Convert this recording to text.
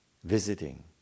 Visiting